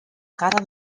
cara